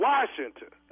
Washington